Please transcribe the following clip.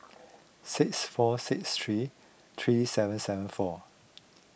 six four six three three seven seven four